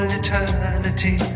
eternity